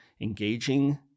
engaging